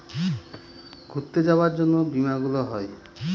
ঘুরতে যাবার জন্য বীমা গুলো হয়